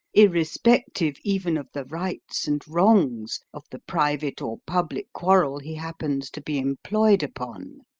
irrespective even of the rights and wrongs of the private or public quarrel he happens to be employed upon?